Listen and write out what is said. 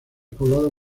poblados